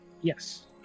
Yes